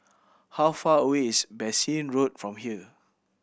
how far away is Bassein Road from here